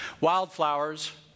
Wildflowers